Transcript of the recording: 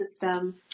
system